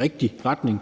rigtig retning.